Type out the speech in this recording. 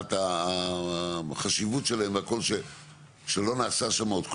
מבחינת החשיבות שלהם שלא נעשה שם עוד כלום?